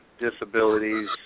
disabilities